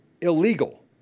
illegal